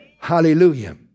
Hallelujah